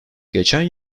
geçen